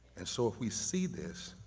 and so if we see this,